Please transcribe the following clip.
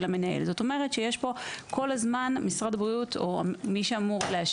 זה לא גורע מאחריותו של המנהל הרפואי או של מנהל המיון או של המחלקה.